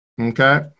okay